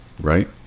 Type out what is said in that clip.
Right